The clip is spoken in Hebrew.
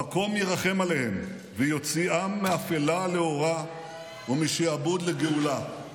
המקום ירחם עליהם ויוציאם מאפלה לאורה ומשעבוד לגאולה.